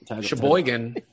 Sheboygan